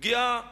פגיעה